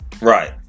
Right